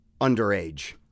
underage